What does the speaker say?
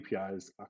APIs